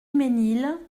ménil